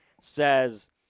says